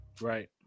Right